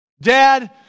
Dad